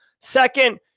Second